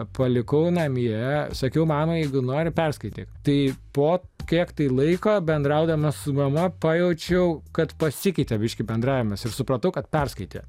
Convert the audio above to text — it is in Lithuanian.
palikau namie sakiau mamai jeigu nori perskaityt tai po kiek tai laiko bendraudamas su mama pajaučiau kad pasikeitė biškį bendravimas ir supratau kad perskaitė